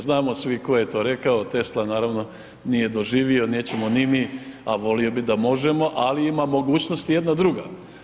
Znamo svi tko je to rekao, Tesla naravno nije doživio, nećemo ni mi, a volio bi da možemo, ali ima mogućnost jedna druga.